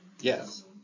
Yes